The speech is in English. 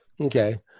Okay